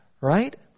right